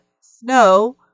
Snow